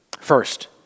First